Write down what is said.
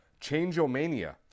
Changeomania